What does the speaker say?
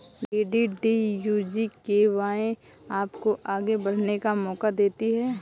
DDU GKY आपको आगे बढ़ने का मौका देती है